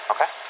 Okay